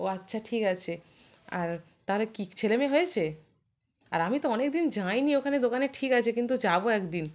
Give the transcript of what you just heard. ও আচ্ছা ঠিক আছে আর তাহলে কি ছেলে মেয়ে হয়েছে আর আমি তো অনেক দিন যাইনি ওখানে দোকানে ঠিক আছে কিন্তু যাব এক দিন